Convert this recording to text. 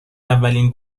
اولین